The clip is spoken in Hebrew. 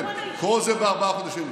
כל זה בארבעה חודשים.